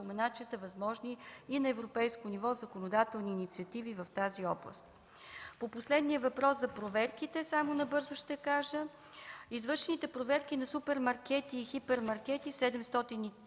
спомена, че са възможни и на европейско ниво законодателни инициативи в тази област. По последния въпрос за проверките набързо ще кажа. Извършените проверки на супермаркети и хипермаркети –